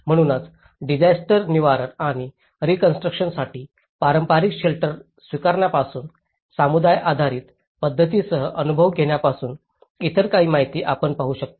म्हणूनच डिसास्टर निवारण आणि रीकॉन्स्ट्रुकशनसाठी पारंपारिक शेल्टर स्वीकारण्यापासून समुदाय आधारित पध्दतींसह अनुभव घेण्यापासूनही इतर काही माहिती आपण पाहू शकता